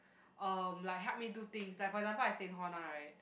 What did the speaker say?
um like help me do things like for example I stay in hall now right